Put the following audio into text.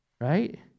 Right